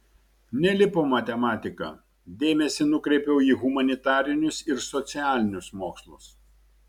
nelipo matematika dėmesį nukreipiau į humanitarinius ir socialinius mokslus